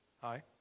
Hi